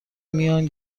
میان